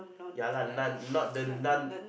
ya lah non not the non